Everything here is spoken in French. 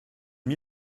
mis